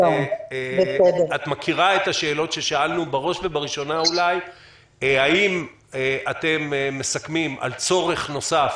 את מכירה את השאלות ששאלנו בראש וראשונה האם אתם מסכמים על צורך נוסף